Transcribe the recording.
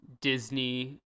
Disney